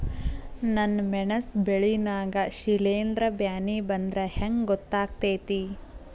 ನನ್ ಮೆಣಸ್ ಬೆಳಿ ನಾಗ ಶಿಲೇಂಧ್ರ ಬ್ಯಾನಿ ಬಂದ್ರ ಹೆಂಗ್ ಗೋತಾಗ್ತೆತಿ?